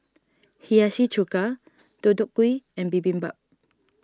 Hiyashi Chuka Deodeok Gui and Bibimbap